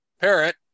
Parrot